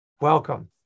welcome